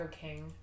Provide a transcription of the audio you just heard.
King